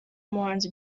muhanzi